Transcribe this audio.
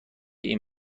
این